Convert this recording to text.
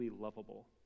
lovable